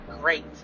Great